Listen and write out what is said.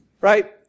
Right